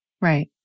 Right